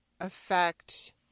affect